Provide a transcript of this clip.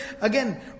again